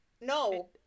No